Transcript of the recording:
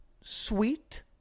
sweet